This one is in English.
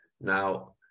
Now